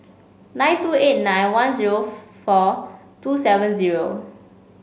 nine two eight nine one zero four two seven zero